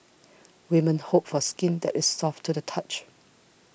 women hope for skin that is soft to the touch